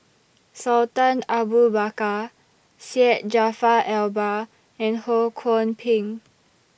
Sultan Abu Bakar Syed Jaafar Albar and Ho Kwon Ping